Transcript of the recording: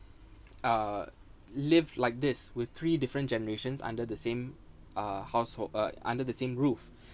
uh live like this with three different generations under the same uh household uh under the same roof